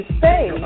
say